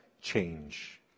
change